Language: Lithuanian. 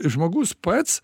žmogus pats